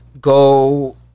Go